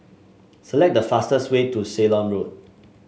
select the fastest way to Ceylon Road